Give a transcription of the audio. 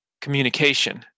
communication